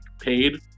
paid